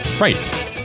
right